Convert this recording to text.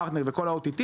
פרטנר וכל ה-OTT,